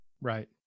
Right